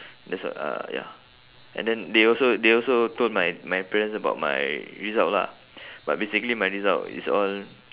that's what uh ya and then they also they also told my my parents about my result lah but basically my result is all